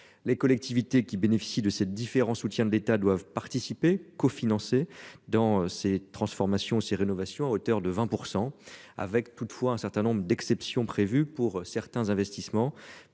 les collectivités qui bénéficient de ces différents soutiens de l'État doivent participer cofinancé dans ces transformations ces rénovation à hauteur de 20%, avec toutefois un certain nombre d'exceptions prévues pour certains investissements